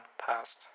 passed